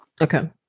Okay